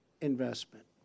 investment